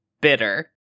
Bitter